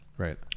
Right